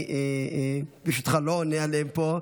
אני, ברשותך, לא עונה עליהן פה.